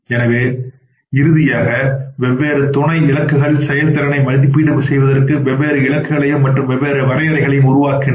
எனவே இறுதியாக வெவ்வேறு துணை இலக்குகள் செயல்திறனை மதிப்பிடுவதற்கு வெவ்வேறு இலக்குகளையும் மற்றும் வெவ்வேறு வரையறைகளையும் உருவாக்குகின்றன